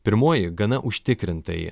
pirmoji gana užtikrintai